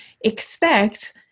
expect